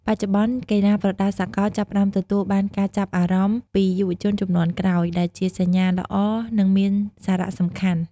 បច្ចុប្បន្ន កីឡាប្រដាល់សកលចាប់ផ្តើមទទួលបានការចាប់អារម្មណ៍ពីយុវជនជំនាន់ក្រោយ ដែលជាសញ្ញាល្អ និងមានសារៈសំខាន់។